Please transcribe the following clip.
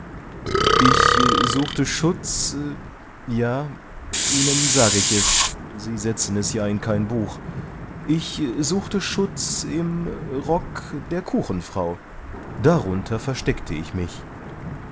ich suchte schutz ja ihnen sage ich es sie setzen es ja in kein buch ich suchte schutz im rock der kuchenfrau darunter versteckte ich mich